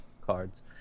cards